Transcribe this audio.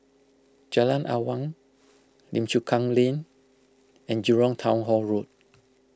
Jalan Awang Lim Chu Kang Lane and Jurong Town Hall Road